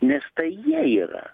nes tai jie yra